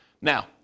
Now